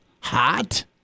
hot